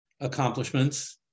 accomplishments